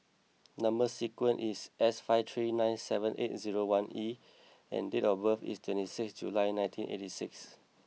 number sequence is S five three nine seven eight zero one E and date of birth is twenty six July nineteen eighty six